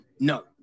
No